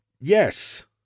yes